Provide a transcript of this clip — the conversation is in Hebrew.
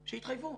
שיתחייבו.